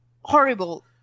Horrible